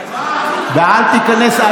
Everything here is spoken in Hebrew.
החוצה, בבקשה, ואל תיכנס אחר כך.